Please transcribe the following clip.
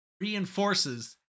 reinforces